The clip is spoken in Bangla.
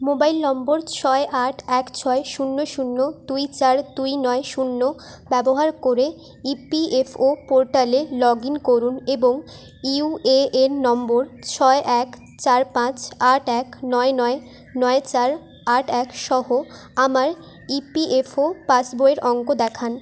মোবাইল নম্বর ছয় আট এক ছয় শূন্য শূন্য দুই চার দুই নয় শূন্য ব্যবহার করে ইপিএফও পোর্টালে লগ ইন করুন এবং ইউএএন নম্বর ছয় এক চার পাঁচ আট এক নয় নয় নয় চার আট এক সহ আমার ইপিএফও পাসবইয়ের অঙ্ক দেখান